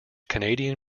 canadian